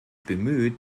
bemüht